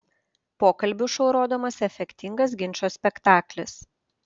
pokalbių šou rodomas efektingas ginčo spektaklis